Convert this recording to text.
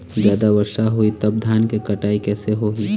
जादा वर्षा होही तब धान के कटाई कैसे होही?